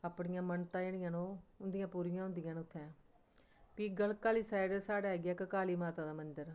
अपनियां मन्नतां जेह्ड़ियां न ओह् उंदियां पूरियां होंदियां न उत्थै फ्ही गल्लक आह्ली साइड साढ़े आई गेआ इक काली माता दा मंदर